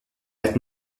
être